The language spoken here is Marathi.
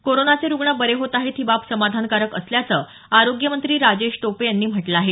कोरोनाचे रुग्ण बरे होत आहेत ही बाब समाधानकारक असल्याचं आरोग्य मंत्री राजेश टोपे यांनी म्हटलं आहे